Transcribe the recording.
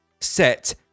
set